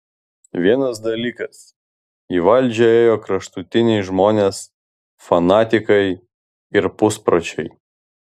vienas dalykas į valdžią ėjo kraštutiniai žmonės fanatikai ir puspročiai